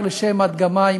רק לשם הדגמה,